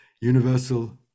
universal